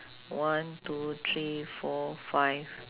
one two three four five